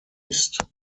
ist